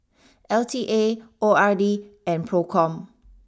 L T A O R D and Procom